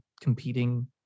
competing